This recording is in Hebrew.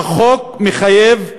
החוק מחייב אותן,